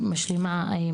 משלימה.